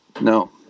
No